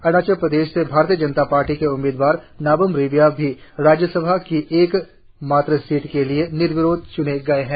अरूणाचल प्रदेश से भारतीय जनता पार्टी के उम्मीदवार नबाम रेबिया भी राज्य सभा की एक मात्र सीट के लिए निर्विरोध चुने गये हैं